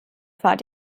fahrt